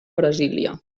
brasília